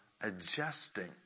adjusting